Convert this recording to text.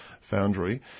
foundry